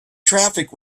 traffic